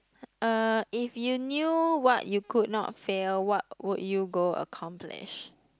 uh if you knew what you could not fail what would you go accomplish